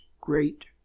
great